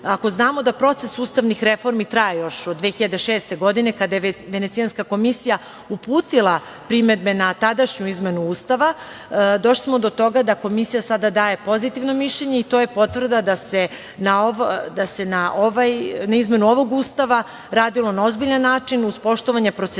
Ako znamo da proces ustavnih reformi traje još od 2006. godine, kada je Venecijanska komisija uputila primedbe na tadašnju izmenu Ustava, došli smo do toga da Komisija sada daje pozitivno mišljenje. To je potvrda da se na izmenu ovog Ustava radilo na ozbiljan način, uz poštovanje procedure